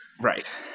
Right